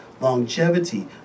longevity